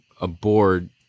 aboard